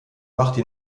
machte